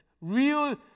real